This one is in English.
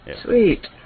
Sweet